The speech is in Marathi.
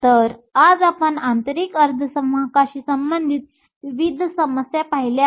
तर आज आपण आंतरिक अर्धसंवाहकांशी संबंधित विविध समस्याप्रश्न पाहिल्या आहेत